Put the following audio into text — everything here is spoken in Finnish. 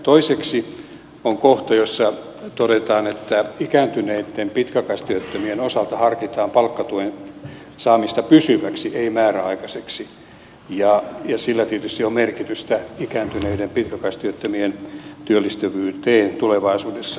toiseksi on kohta jossa todetaan että ikääntyneitten pitkäaikaistyöttömien osalta harkitaan palkkatuen saamista pysyväksi ei määräaikaiseksi ja sillä tietysti on merkitystä ikääntyneiden pitkäaikaistyöttömien työllistyvyyteen tulevaisuudessa